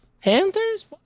Panthers